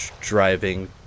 driving